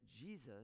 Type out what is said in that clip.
Jesus